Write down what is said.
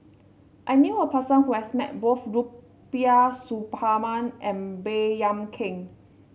I knew a person who has met both Rubiah Suparman and Baey Yam Keng